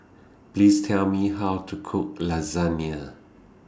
Please Tell Me How to Cook Lasagne